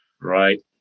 right